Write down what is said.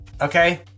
Okay